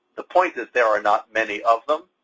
the point is there are not many of them,